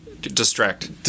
distract